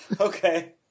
Okay